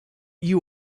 you